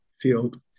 field